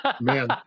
Man